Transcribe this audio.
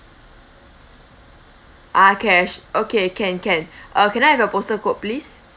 ah cash okay can can uh can I have your postal code please